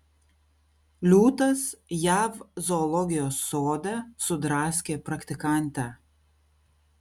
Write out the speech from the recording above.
liūtas jav zoologijos sode sudraskė praktikantę